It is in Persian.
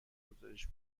گزارش